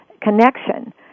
connection